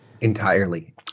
Entirely